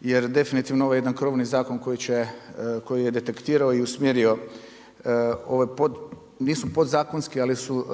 jer definitivno ovo je jedan krovni zakon koji je detektirao i usmjerio, nisu podzakonski, ali su